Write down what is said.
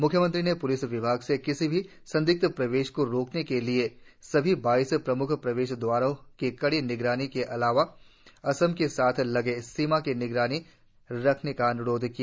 म्ख्यमंत्री ने प्लिस विभाग से किसी भी संदिग्ध प्रवेश को रोकने के लिए सभी बाईस म्ख्य प्रवेश द्वारों की कड़ी निगरानी के अलावा असम के साथ लगे सीमा की निगरानी रखने का अन्रोध किया